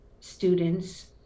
students